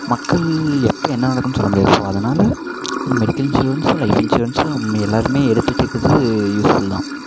மக்கள் எப்ப என்னா நடக்குன்னு சொல்ல முடியாது ஸோ அதனால் மெடிக்கல் இன்சூரன்ஸும் லைஃப் இன்சூரன்ஸும் நம்ம எல்லாருமே எடுத்து வச்சுக்குறது யூஸ்ஃபுல் தான்